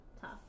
tough